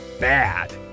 bad